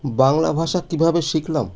বাংলা ভাষা কীভাবে শিখলাম